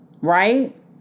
Right